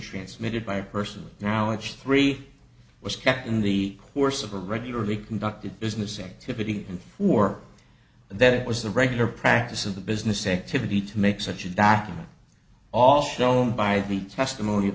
transmitted by personal knowledge three was kept in the course of a regularly conducted business activity and for that it was the regular practice of the business activity to make such a document all shown by the testimony